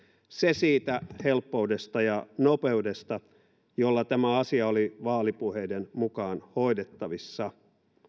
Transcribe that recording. se siitä helppoudesta ja nopeudesta jolla tämä asia oli vaalipuheiden mukaan hoidettavissa